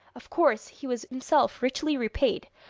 of course he was himself richly repaid,